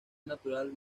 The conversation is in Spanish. natural